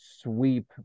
sweep